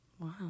wow